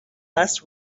less